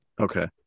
Okay